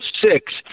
six